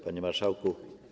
Panie Marszałku!